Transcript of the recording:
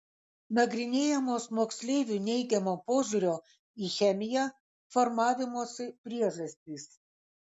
nagrinėjamos moksleivių neigiamo požiūrio į chemiją formavimosi priežastys